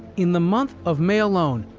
in the month of may alone,